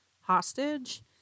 hostage